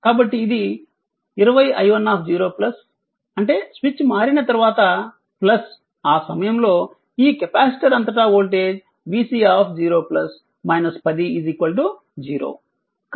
కాబట్టి ఇది 20 i10 అంటే స్విచ్ మారిన తర్వాత ఆ సమయంలో ఈ కెపాసిటర్ అంతటా వోల్టేజ్ vC0 10 0